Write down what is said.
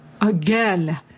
again